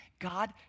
God